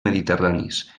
mediterranis